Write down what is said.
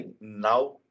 now